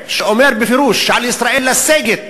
שאומר בפירוש שעל ישראל לסגת